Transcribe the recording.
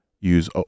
use